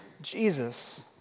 Jesus